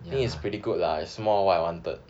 ya